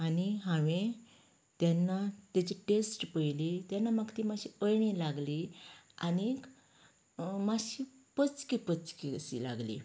आनी हावें तेन्ना तेची टेस्ट पळयली तेन्ना म्हाका ती मात्शी अळणी लागली आनीक मात्शी पचकी पचकी अशी लागली